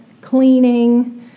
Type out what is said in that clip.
cleaning